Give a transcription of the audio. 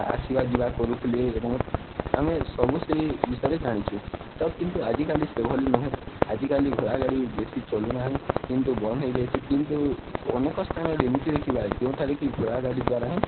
ଆସିବା ଯିବା କରୁଥିଲେ ଏବଂ ଆମେ ସବୁ ସେହି ବିଷୟରେ ଜାଣିଛୁ ତ କିନ୍ତୁ ଆଜିକାଲି ସେଭଳି ନୁହେଁ ଆଜିକାଲି ଘୋଡ଼ା ଗାଡ଼ି ବେଶୀ ଚଲୁନାହିଁ କିନ୍ତୁ ବନ୍ଦ ହେଇଯାଇଛି କିନ୍ତୁ ଅନେକ ସ୍ଥାନରେ ଏମିତି ଦେଖିବା ଯେଉଁଠାରେ କିି ଘୋଡ଼ା ଗାଡ଼ି ଦ୍ୱାରା ହିଁ